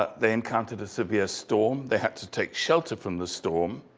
ah they encountered a severe storm. they had to take shelter from the storm.